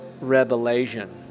revelation